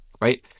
right